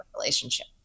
relationship